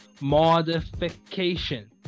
modification